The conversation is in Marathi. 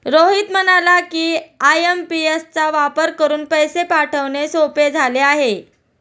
रोहित म्हणाला की, आय.एम.पी.एस चा वापर करून पैसे पाठवणे सोपे झाले आहे